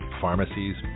pharmacies